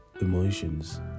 emotions